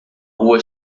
rua